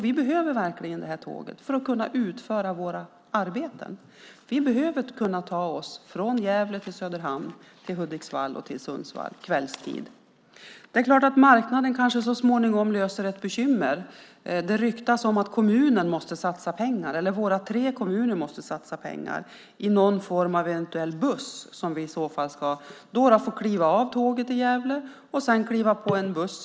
Vi behöver tåget för att kunna utföra våra arbeten. Vi behöver kunna ta oss från Gävle till Söderhamn, Hudiksvall och Sundsvall kvällstid. Det är klart att marknaden kanske så småningom löser ett bekymmer. Det ryktas att våra tre hemkommuner måste satsa pengar i en eventuell buss. Några får kliva av tåget i Gävle och sedan kliva på en buss.